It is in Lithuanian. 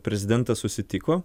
prezidentas susitiko